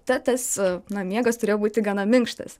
tad tas na miegas turėjo būti gana minkštas